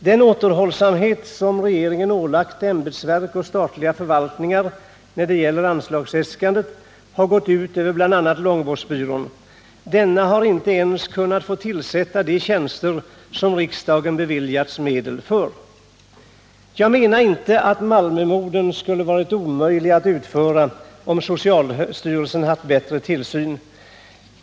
Den återhållsamhet som regeringen ålagt ämbetsverk och statliga förvaltningar när det gäller anslagsäskanden har gått ut över bl.a. långvårdsbyrån. Denna har inte ens kunnat tillsätta de tjänster som riksdagen beviljat medel för. Jag menar inte att morden i Malmö skulle ha varit omöjliga att utföra, om socialstyrelsen hade haft bättre tillsyn.